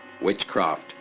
witchcraft